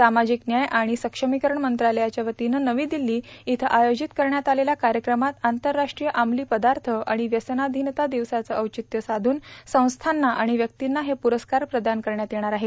सामाजिक न्याय आणि सक्षमीकरण मंत्रालयाच्या वतीनं नवी दिल्ली इथं आयोजित करण्यात आलेल्या कार्यक्रमात आंतरराष्ट्रीय अमली पदार्थ आणि व्यसनाधीनता दिवसाचं औचित्य साधून संस्थांना आणि व्यक्तींना हे पुरस्कार प्रदान करण्यात येणार आहेत